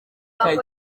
kare